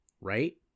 right